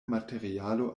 materialo